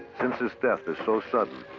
since its death is so sudden,